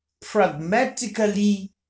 pragmatically